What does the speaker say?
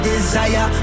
Desire